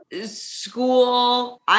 school